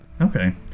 Okay